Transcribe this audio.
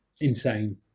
Insane